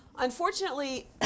Unfortunately